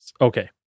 Okay